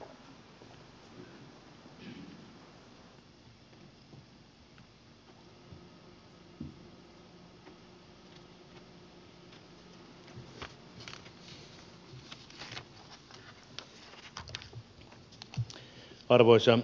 arvoisa herra puhemies